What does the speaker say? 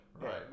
Right